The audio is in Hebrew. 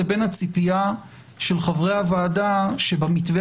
לבין הציפייה של חברי הוועדה שבמתווה